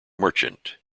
merchant